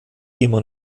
immer